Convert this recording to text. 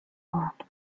bord